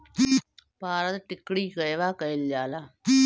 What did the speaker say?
पारद टिक्णी कहवा कयील जाला?